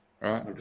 right